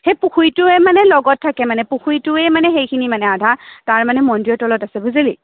সেই পুখিৰীটোৱে মানে লগত থাকে মানে পুখুৰীটোৱে মানে সেইখিনি মানে আধা তাৰ মানে মন্দিৰৰ তলত আছে বুজিলি